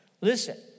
Listen